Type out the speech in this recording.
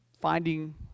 finding